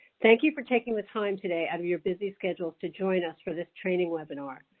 thank you for taking the time today out of your busy schedules to join us for this training webinar.